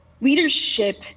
leadership